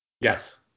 Yes